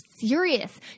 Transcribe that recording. serious